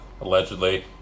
Allegedly